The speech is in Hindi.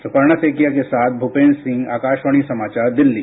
सुपर्णा सैकेया के साथ भूपेंद्र सिंह आकाशवाणी समाचार दिल्ली